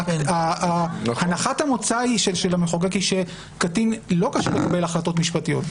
כי הנחת המוצא של המחוקק היא שקטין לא כשיר לקבל החלטות משפטיות.